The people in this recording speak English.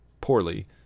poorly